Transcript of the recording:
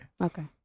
Okay